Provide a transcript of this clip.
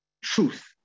truth